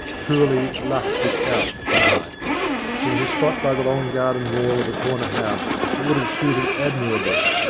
truly luck was out to-night. there was a spot by the long garden wall of a corner house that would have suited admirably,